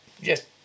Yes